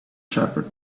shepherd